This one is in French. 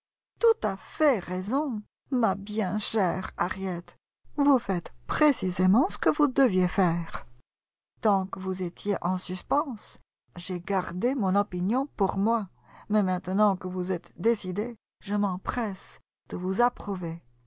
tout à fait raison ma bien chère harriet vous faites précisément ce que vous deviez faire tant que vous étiez en suspens j'ai gardé mon opinion pour moi mais maintenant que vous êtes décidée je m'empresse de vous approuver